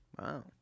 Wow